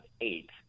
eight